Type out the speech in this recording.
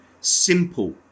simple